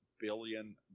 billion